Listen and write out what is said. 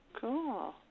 Cool